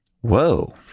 Whoa